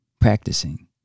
practicing